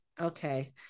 okay